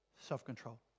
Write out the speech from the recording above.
self-control